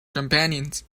companions